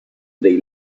dei